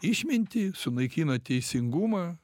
išmintį sunaikina teisingumą